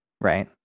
Right